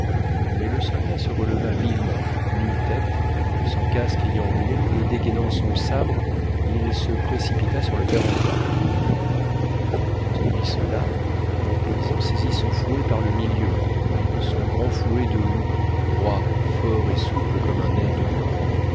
mais le soldat se releva vivement nu-tête son casque ayant roulé et dégainant son sabre il se précipita sur le père antoine quand il vit cela le paysan saisit son fouet par le milieu son grand fouet de houx droit fort et souple comme un nerf de boeuf